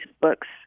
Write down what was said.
books